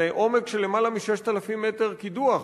זה עומק של למעלה מ-6,000 מטר קידוח.